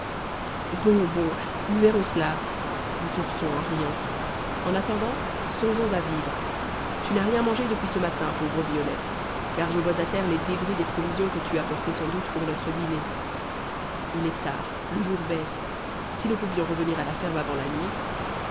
bon bon nous verrons cela dit ourson en riant en attendant songeons à vivre tu n'as rien mangé depuis ce matin pauvre violette car je vois à terre les débris des provisions que tu apportais sans doute pour notre dîner il est tard le jour baisse si nous pouvions revenir à la ferme avant la nuit